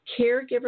caregiver